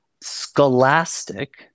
Scholastic